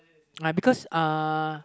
uh because uh